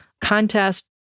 contest